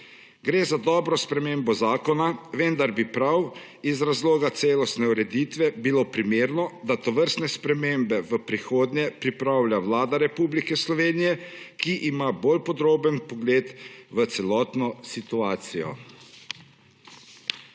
Gre za dobro spremembo zakona, vendar bi prav iz razloga celostne ureditve bilo primerno, da tovrstne spremembe v prihodnje pripravlja Vlada Republike Slovenije, ki ima bolj podroben vpogled v celotno situacijo.